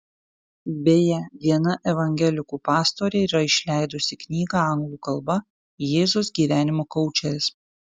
beje viena evangelikų pastorė yra išleidusi knygą anglų kalba jėzus gyvenimo koučeris